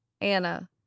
Anna